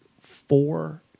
four